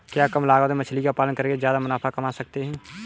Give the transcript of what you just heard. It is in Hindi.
क्या कम लागत में मछली का पालन करके ज्यादा मुनाफा कमा सकते हैं?